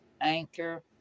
Anchor